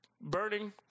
burning